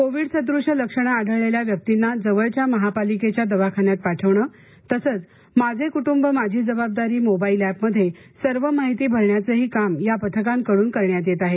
Covid सद्रश्य लक्षणं आढळलेल्या व्यक्तींना जवळच्या महापालिकेच्या दवाखान्यात पाठविणं तसंच माझे कुटुंब माझी जबाबदारी मोबाईल एपमध्ये सर्व माहिती भरण्याचंही काम या पथकांकडून करण्यात येत आहे